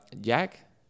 Jack